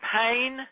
pain